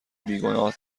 بیگناه